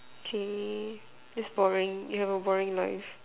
okay this boring you have a boring life